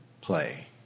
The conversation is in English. play